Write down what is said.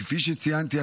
כפי שציינתי,